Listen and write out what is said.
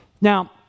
Now